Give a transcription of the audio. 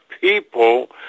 people